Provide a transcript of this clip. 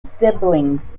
siblings